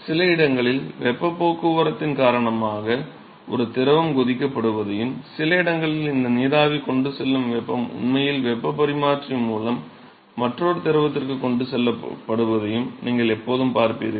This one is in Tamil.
சில இடங்களில் வெப்பப் போக்குவரத்தின் காரணமாக ஒரு திரவம் கொதிக்கப்படுவதையும் சில இடங்களில் இந்த நீராவி கொண்டு செல்லும் வெப்பம் உண்மையில் வெப்பப் பரிமாற்றி மூலம் மற்றொரு திரவத்திற்கு கொண்டு செல்லப்படுவதையும் நீங்கள் எப்போதும் பார்ப்பீர்கள்